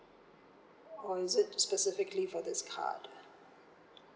or is it specifically for this card